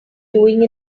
doing